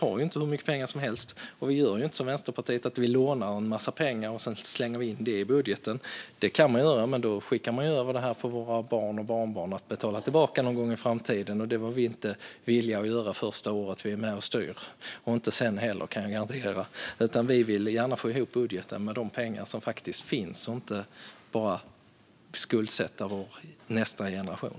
Men vi har inte hur mycket pengar som helst, och vi gör inte som Vänsterpartiet att vi lånar en massa pengar och sedan slänger in dem i budgeten. Det kan man göra. Men då skickar man över detta till våra barn och barnbarn, som får betala tillbaka det någon gång i framtiden. Det var vi inte villiga att göra första året som vi är med och styr, och jag kan garantera att vi inte är villiga att göra det sedan heller. Vi vill gärna få ihop budgeten med de pengar som faktiskt finns och inte bara skuldsätta nästa generation.